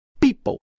people